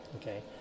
okay